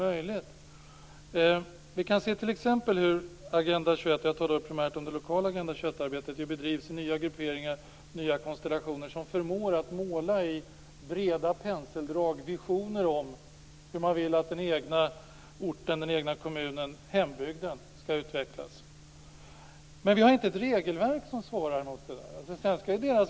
Det lokala Agenda 21 arbetet bedrivs i nya grupperingar och inom nya konstellationer som förmår att i breda penseldrag måla upp visioner om hur man vill att den egna orten, kommunen, hembygden skall utvecklas. Men vi har inte något regelverk som svarar mot detta.